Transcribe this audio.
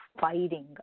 fighting